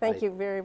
thank you very